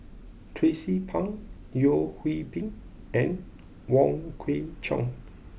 Tracie Pang Yeo Hwee Bin and Wong Kwei Cheong